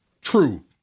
True